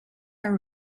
are